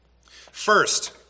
First